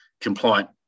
compliant